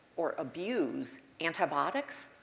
or abused antibiotics,